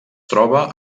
troba